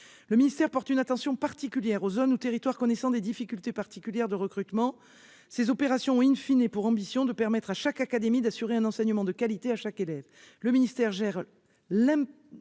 Le ministère porte une attention particulière aux zones ou territoires connaissant des difficultés de recrutement. Ces opérations ont pour ambition de permettre à chaque académie d'assurer un enseignement de qualité à tous les élèves.